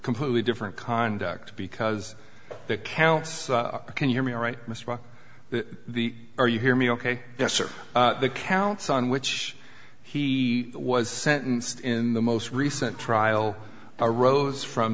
completely different conduct because that counts can you hear me right the are you hear me ok yes or the counts on which he was sentenced in the most recent trial arose from